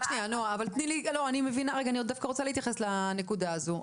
אני רוצה להתייחס לנקודה הזו.